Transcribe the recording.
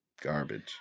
Garbage